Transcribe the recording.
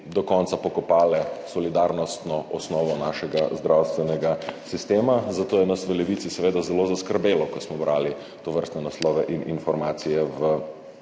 do konca pokopale solidarnostno osnovo našega zdravstvenega sistema, zato je nas v Levici seveda zelo zaskrbelo, ko smo brali tovrstne naslove in informacije v